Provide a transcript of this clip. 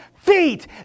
feet